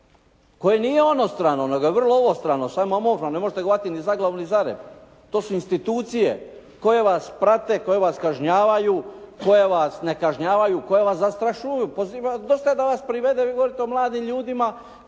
koje nije onostrano, nego je vrlo ovostrano, … /Govornik se ne razumije./ … ne možete ga uhvatiti ni za glavu, ni za rep. To su institucije koje vas prate, koje vas kažnjavaju, koje vas ne kažnjavaju, koje vas zastrašuju, dosta da vas privede, vi govorite o mladim ljudima